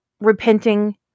repenting